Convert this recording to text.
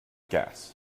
gas